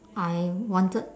I wanted